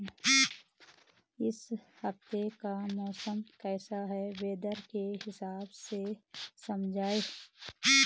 इस हफ्ते का मौसम कैसा है वेदर के हिसाब से समझाइए?